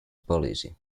policy